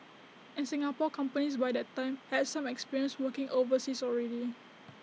and Singapore companies by that time had some experience working overseas already